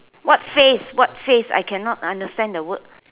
what phase what phase I cannot understand the word